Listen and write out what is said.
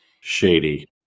Shady